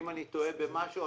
אם אני טועה במשהו,